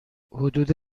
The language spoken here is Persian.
حدود